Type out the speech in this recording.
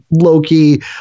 Loki